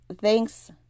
Thanks